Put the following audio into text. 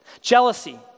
Jealousy